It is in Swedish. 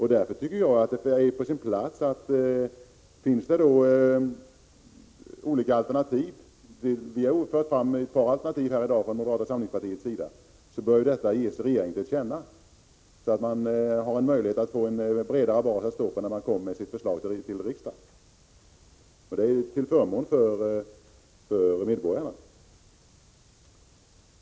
Om det finns olika alternativ — och vi har från moderata samlingspartiet fört fram ett par alternativ i dag — bör detta ges regeringen till känna, så att den har en bredare bas att stå på när den skall lägga fram förslag i riksdagen. Det är till förmån för medborgarna.